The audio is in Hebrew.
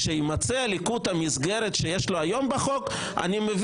כשהליכוד ימצה את המסגרת שיש לו היום בחוק --- אלקין,